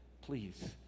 Please